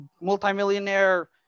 multimillionaire